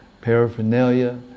paraphernalia